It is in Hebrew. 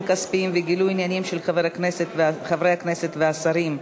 כספיים וגילוי עניינים של חברי הכנסת והשרים,